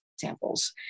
samples